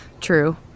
true